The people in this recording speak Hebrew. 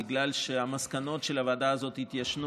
בגלל שהמסקנות של הוועדה הזאת התיישנו,